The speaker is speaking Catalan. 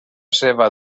seva